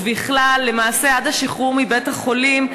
ובכלל למעשה עד השחרור מבית-החולים,